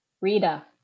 Rita